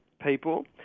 people